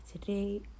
Today